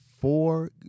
four